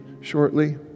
shortly